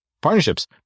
partnerships